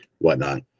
whatnot